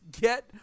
get